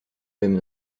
même